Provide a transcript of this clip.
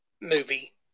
movie